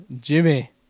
Jimmy